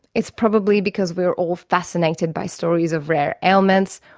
it's probably because we are all fascinated by stories of rare ailments,